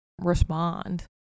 respond